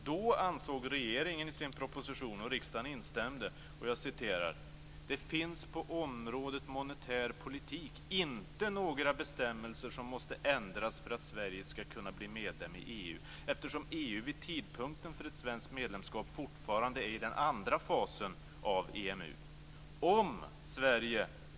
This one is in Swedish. Då ansåg regeringen följande i sin proposition, och riksdagen instämde: "Det finns på området monetär politik inte några bestämmelser som måste ändras för att Sverige skall kunna bli medlem i EU, eftersom EU vid tidpunkten för ett svenskt medlemskap fortfarande är i den andra fasen av EMU.